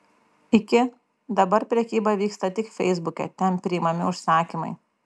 iki dabar prekyba vyksta tik feisbuke ten priimami užsakymai